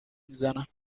میزنم